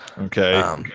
Okay